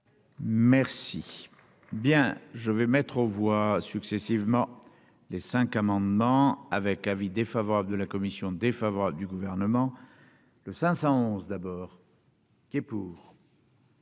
Merci. Bien, je vais mettre aux voix successivement les 5 amendements avec avis défavorable de la commission défavorable du gouvernement le 511 d'abord. Qui est pour.